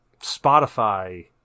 Spotify